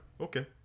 okay